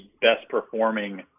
best-performing